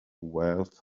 wealth